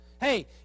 hey